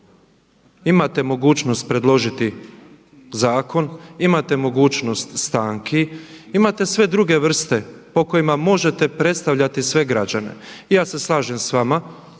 Imate mogućnost predložiti zakon, imate mogućnost stanki, imate sve druge vrste po kojima možete predstavljati sve građane. I ja se slažem sa vama.